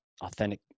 authentic